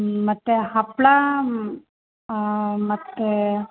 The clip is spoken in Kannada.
ಮತ್ತೆ ಹಪ್ಪಳ ಮತ್ತೆ